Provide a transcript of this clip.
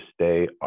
stay